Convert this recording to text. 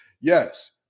Yes